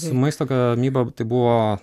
su maisto gamyba tai buvo